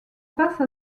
passe